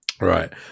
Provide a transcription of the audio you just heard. Right